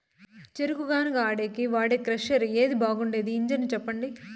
చెరుకు గానుగ ఆడేకి వాడే క్రషర్ ఏది బాగుండేది ఇంజను చెప్పండి?